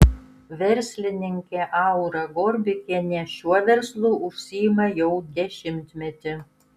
verslininkė aura gorbikienė šiuo verslu užsiima jau dešimtmetį